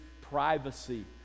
privacy